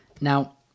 now